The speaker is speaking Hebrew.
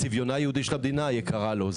--- ציביונה היהודי של המדינה יקרה לו.